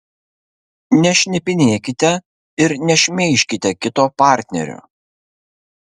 nešnipinėkite ir nešmeižkite kito partnerio